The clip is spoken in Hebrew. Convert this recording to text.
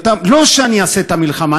לא שאני אעשה את המלחמה,